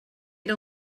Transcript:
era